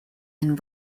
and